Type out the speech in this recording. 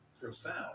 profound